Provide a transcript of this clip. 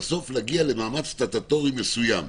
להגיע בסוף למעמד סטטוטורי מסוים.